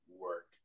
work